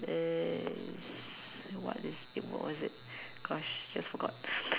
is what is eh what what is it gosh just forgot